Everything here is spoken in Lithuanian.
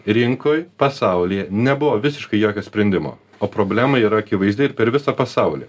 rinkoj pasaulyje nebuvo visiškai jokio sprendimo o problema yra akivaizdi ir per visą pasaulį